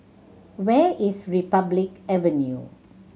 where is Republic Avenue